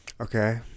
okay